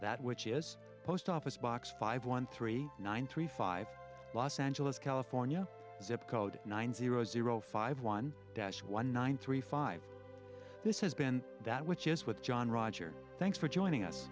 that which is post office box five one three one three five los angeles california zip code nine zero zero five one dash one nine three five this has been that which is with john roger thanks for joining us